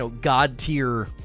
god-tier